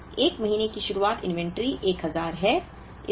इसलिए 1 महीने की शुरुआत इन्वेंट्री 1000 है